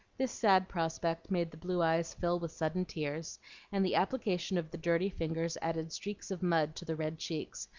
this sad prospect made the blue eyes fill with sudden tears and the application of the dirty fingers added streaks of mud to the red cheeks,